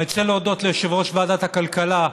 אני רוצה להודות ליושב-ראש ועדת הכלכלה,